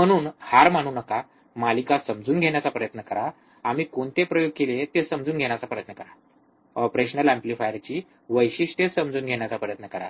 म्हणून हार मानू नका मालिका समजून घेण्याचा प्रयत्न करा आम्ही कोणते प्रयोग केले ते समजून घेण्याचा प्रयत्न करा ऑपरेशनल एम्प्लीफायरची वैशिष्ट्ये समजून घेण्याचा प्रयत्न करा